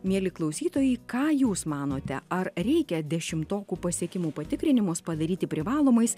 mieli klausytojai ką jūs manote ar reikia dešimtokų pasiekimų patikrinimus padaryti privalomais